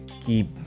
keep